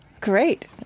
Great